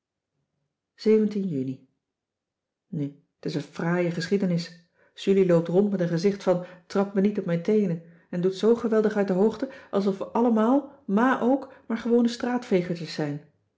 juni nu het is een fraaie geschiedenis julie loopt rond met een gezicht van trap me niet op mijn teenen en doet zoo geweldig uit de hoogte alsof wij allemaal ma ook maar gewone straatvegertjes zijn